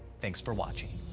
thanks for watching.